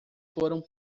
foram